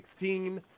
2016